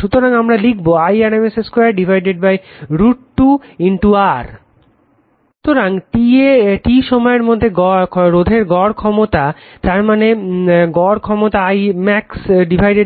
সুতরাং আমারা লিখবো I max √ 2 2 R সুতরাং T সময়ের মধ্যে রোধের গড় ক্ষমতা তার মানে গড় ক্ষমতা I max √